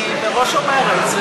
אני מראש אומרת,